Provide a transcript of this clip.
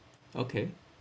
okay